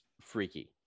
freaky